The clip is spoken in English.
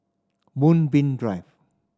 Moonbeam Drive